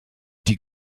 die